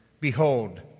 Behold